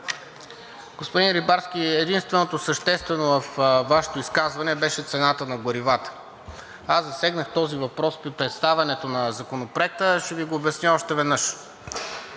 Господин Рибарски, единственото съществено във Вашето изказване беше цената на горивата. Аз засегнах този въпрос по представянето на Законопроекта, ще Ви го обясня още веднъж.